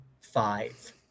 five